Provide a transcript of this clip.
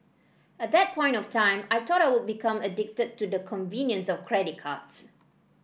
at that point of time I thought I would become addicted to the convenience of credit cards